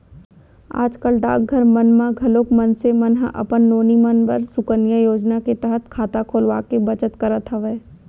आज कल डाकघर मन म घलोक मनसे मन ह अपन नोनी मन बर सुकन्या योजना के तहत खाता खोलवाके बचत करत हवय